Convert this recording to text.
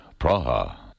Praha